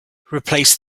replace